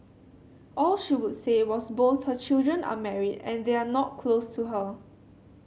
all she would say was both her children are married and they are not close to her